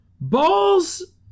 Balls